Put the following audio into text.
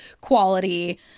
quality